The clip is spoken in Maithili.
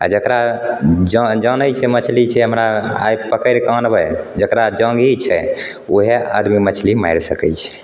आ जेकरा जानैत छै मछली जे हमरा आइ पकड़िके अनबै जेकरा जाँघी छै ओहए आदमी मछली मारि सकैत छै